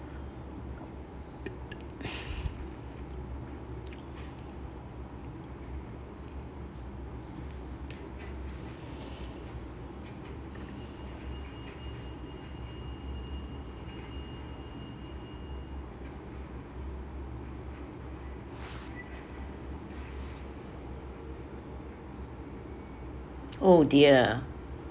oh dear